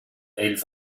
elf